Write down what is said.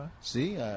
see